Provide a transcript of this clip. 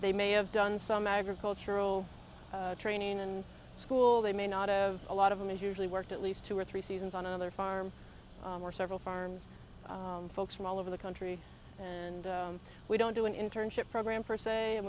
they may have done some agricultural training in school they may not of a lot of them is usually worked at least two or three seasons on another farm or several farms folks from all over the country and we don't do an internship program per se